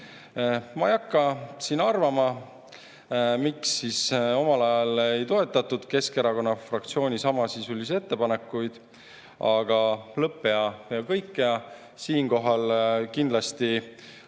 Ma ei hakka siin arvama, miks omal ajal ei toetatud Keskerakonna fraktsiooni samasisulisi ettepanekuid, aga lõpp hea, kõik hea. Kindlasti